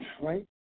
right